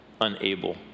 unable